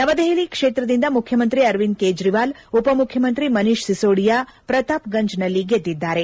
ನವದೆಹಲಿ ಕ್ಷೇತ್ರದಿಂದ ಮುಖ್ಯಮಂತ್ರಿ ಅರವಿಂದ ಕೇಜ್ರವಾಲ್ ಉಪಮುಖ್ಯಮಂತ್ರಿ ಮನೀಶ್ ಸಿಸೋಡಿಯಾ ಪ್ರತಾಪ್ ಗಂಜ್ನಲ್ಲಿ ಗೆದ್ದಿದ್ದಾರೆ